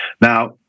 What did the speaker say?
Now